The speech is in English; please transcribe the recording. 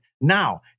Now